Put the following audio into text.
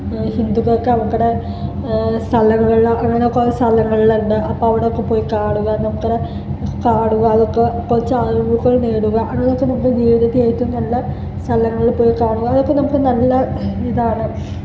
ഹിന്ദുക്കൾക്ക് അവക്കടെ സ്ഥലങ്ങളിൽ അങ്ങനെ കുറേ സ്ഥലങ്ങളിലുണ്ട് അപ്പം അവിടെയൊക്കെ പോയി കാണുക നമുക്കട കാണുക അതൊക്കെ പോയി കുറച്ച് അറിവുകൾ നേടുക അങ്ങനെക്കെ നമ്മുടെ ജീവിതത്തിൽ ഏറ്റവും നല്ല സ്ഥലങ്ങളിൽ പോയി കാണുക അതൊക്കെ നമുക്ക് നല്ല ഇതാണ്